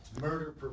Murder